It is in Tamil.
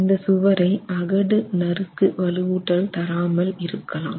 இந்த சுவரை அகடு நறுக்கு வலுவூட்டல் தராமல் இருக்கலாம்